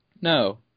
No